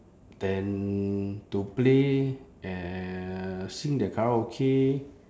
then to play and sing their karaoke